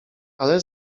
ale